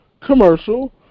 commercial